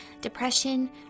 depression